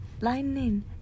lightning